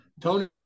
Tony